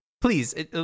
Please